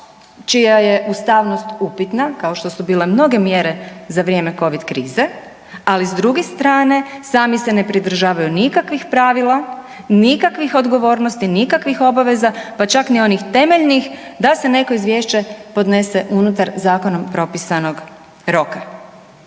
čija je ustavnost upitna kao što su bile mnoge mjere za vrijeme covid krize, ali s druge strane sami se ne pridržavaju nikakvih pravila, nikakvih odgovornosti, nikakvih obaveza, pa čak ni onih temeljnih da se neko izvješće podnese unutar zakonom propisanog roka.